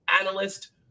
analyst